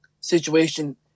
situation